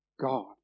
God